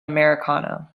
americano